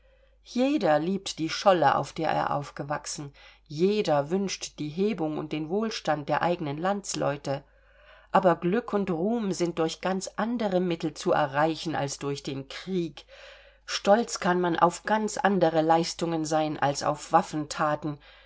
jeder liebt die scholle auf der er aufgewachsen jeder wünscht die hebung und den wohlstand der eigenen landsleute aber glück und ruhm sind durch ganz andere mittel zu erreichen als durch den krieg stolz kann man auf ganz andere leistungen sein als auf waffen